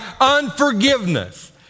unforgiveness